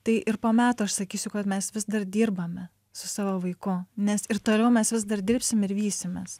tai ir po metų aš sakysiu kad mes vis dar dirbame su savo vaiku nes ir toliau mes vis dar dirbsim ir vysimės